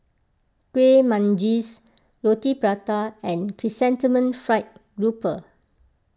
Kueh Manggis Roti Prata and Chrysanthemum Fried Grouper